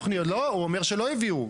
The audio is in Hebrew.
לא, הוא אומר שלא הביאו.